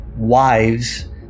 wives